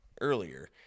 earlier